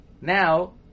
now